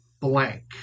blank